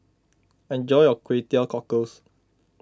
enjoy your Kway Teow Cockles